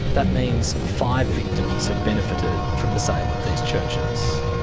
that means five victims have benefited from the sale of these churches.